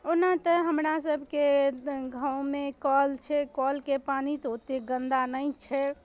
ओना तऽ हमरासभके गाँवमे कल छै कलके पानि तऽ ओतेक गन्दा नहि छै